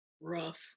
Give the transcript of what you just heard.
rough